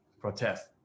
protest